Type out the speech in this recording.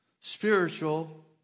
spiritual